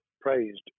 praised